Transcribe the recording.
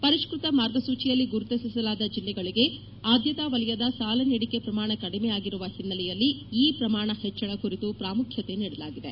ಪರಿಷ್ಕೃತ ಮಾರ್ಗಸೂಚಿಯಲ್ಲಿ ಗುರುತಿಸಲಾದ ಜಿಲ್ಲೆಗಳಿಗೆ ಆದ್ಯತಾ ವಲಯದ ಸಾಲ ನೀಡಿಕೆ ಪ್ರಮಾಣ ಕಡಿಮೆಯಾಗಿರುವ ಹಿನ್ನೆಲೆಯಲ್ಲಿ ಈ ಪ್ರಮಾಣ ಹೆಚ್ಚಳ ಕುರಿತು ಪ್ರಾಮುಖ್ಯತೆ ನೀಡಲಾಗಿದೆ